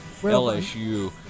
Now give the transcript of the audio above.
LSU